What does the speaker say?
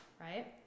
right